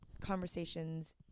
conversations